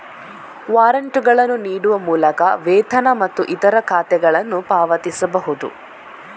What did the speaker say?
ವಾರಂಟುಗಳನ್ನು ನೀಡುವ ಮೂಲಕ ವೇತನ ಮತ್ತು ಇತರ ಖಾತೆಗಳನ್ನು ಪಾವತಿಸಬಹುದು